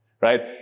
right